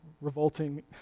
revolting